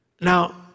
Now